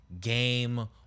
game